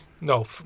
No